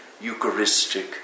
Eucharistic